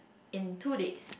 in two days